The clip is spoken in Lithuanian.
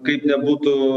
kaip nebūtų